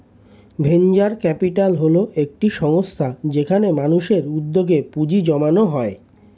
venture capital হল একটি সংস্থা যেখানে মানুষের উদ্যোগে পুঁজি জমানো হয়